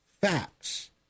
facts